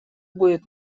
будет